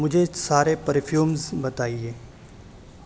مجھے سارے پرفیومز بتائیے